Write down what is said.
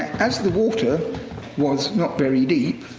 as the water was not very deep,